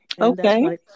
Okay